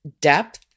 depth